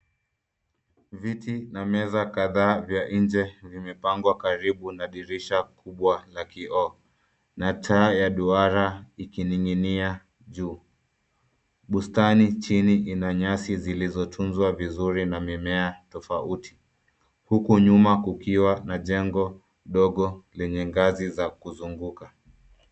Viti na meza kadhaa vya nje vimepangwa karibu na dirisha kubwa la kioo, na taa la duara ikininginia juu. Bustani chini ina nyasi zilizotunzwa vizuri na mimea tofauti, huku nyuma kukiwa na jengo dogo lenye ngazi za kuzunguka.